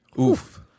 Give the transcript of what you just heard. oof